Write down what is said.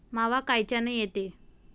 मावा कायच्यानं येते?